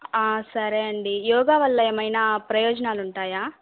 సరే అండి యోగా వల్ల ఏమైనా ప్రయోజనాలు ఉంటాయా